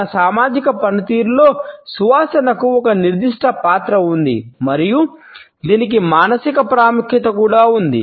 మన సామాజిక పనితీరులో సువాసనకు ఒక నిర్దిష్ట పాత్ర ఉంది మరియు దీనికి మానసిక ప్రాముఖ్యత కూడా ఉంది